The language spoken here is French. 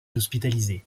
hospitalisé